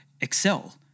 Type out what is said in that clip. excel